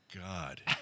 God